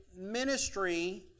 ministry